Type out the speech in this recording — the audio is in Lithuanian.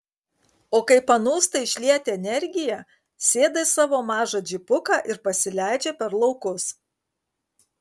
o kai panūsta išlieti energiją sėda į savo mažą džipuką ir pasileidžia per laukus